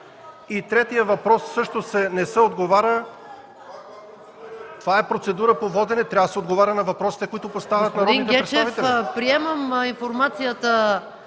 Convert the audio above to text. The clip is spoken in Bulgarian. на третия въпрос също не се отговаря... Това е процедура по воденето, трябва да отговоря на въпросите, които поставят народните представители!